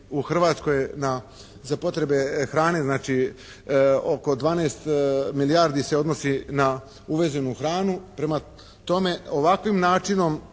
u Hrvatskoj za potrebe hrane, znači oko 12 milijardi se odnosi na uvezenu hranu. Prema tome, ovakvim načinom